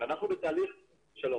שלום.